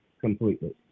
completely